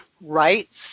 rights